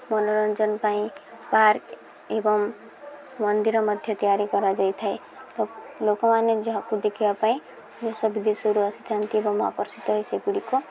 ମନୋରଞ୍ଜନ ପାଇଁ ପାର୍କ ଏବଂ ମନ୍ଦିର ମଧ୍ୟ ତିଆରି କରାଯାଇଥାଏ ଲୋକମାନେ ଯାହାକୁ ଦେଖିବା ପାଇଁ ଦେଶ ବିଦେଶରୁ ଆସିଥାନ୍ତି ଏବଂ ଆକର୍ଷିତ ହୋଇ ସେଗୁଡ଼ିକ